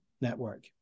network